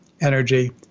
energy